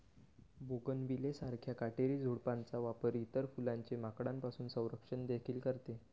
bougainvillea सारख्या काटेरी झुडपांचा वापर इतर फुलांचे माकडांपासून संरक्षण देखील करते